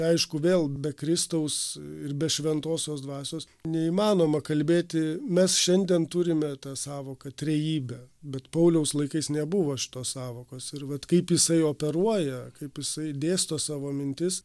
aišku vėl be kristaus ir be šventosios dvasios neįmanoma kalbėti mes šiandien turime tą sąvoką trejybė bet pauliaus laikais nebuvo šitos sąvokos ir vat kaip jisai operuoja kaip jisai dėsto savo mintis